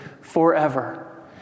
forever